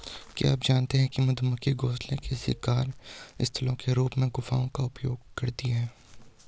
क्या आप जानते है मधुमक्खियां घोंसले के शिकार स्थलों के रूप में गुफाओं का उपयोग करती है?